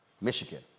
Michigan